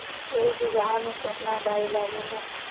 एक बिगहा में केतना डाई लागेला?